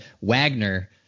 Wagner